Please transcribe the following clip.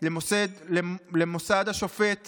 השופט